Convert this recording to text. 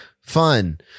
fun